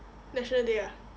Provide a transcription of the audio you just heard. national day ah